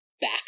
back